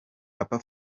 papa